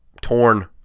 torn